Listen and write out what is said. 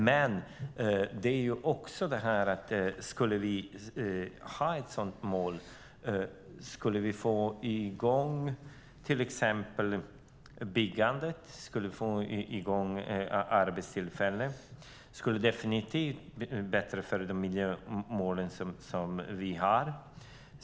Men om vi hade ett mål skulle vi få i gång byggandet och få i gång arbetstillfällen, och det skulle definitivt vara bättre för de miljömål som vi har.